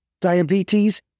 diabetes